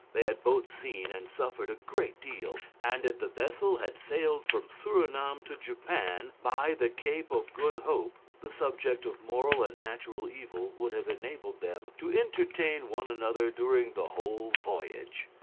they had both seen and suffered a great deal and if the vessel had sailed from surinam to japan, by the cape of good hope, the subject of moral and natural evil would have enabled them to entertain one another during the whole voyage.